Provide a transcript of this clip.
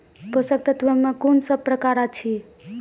पोसक तत्व मे कून सब प्रकार अछि?